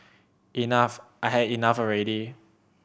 enough I had enough already